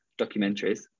documentaries